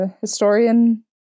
historian